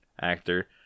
actor